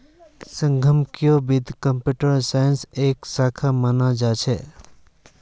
संगणकीय वित्त कम्प्यूटर साइंसेर एक शाखा मानाल जा छेक